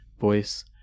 voice